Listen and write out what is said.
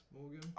Morgan